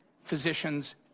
physicians